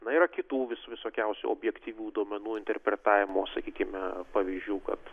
na yra kitų vis visokiausių objektyvių duomenų interpretavimo sakykime pavyzdžių kad